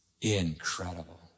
Incredible